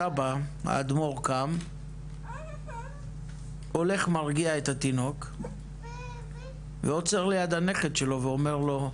הסבא האדמו"ר קם הולך מרגיע את התינוק ועוצר ליד הנכד שלו ואומר לו,